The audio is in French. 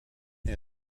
est